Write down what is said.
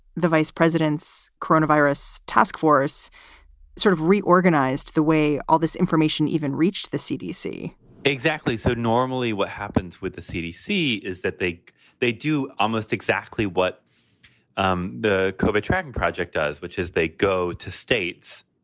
the vice president's coronavirus task force sort of reorganized the way all this information even reached the cdc exactly. so normally what happens with the cdc is that they they do almost exactly what um the covert tracking project does, which is they go to states.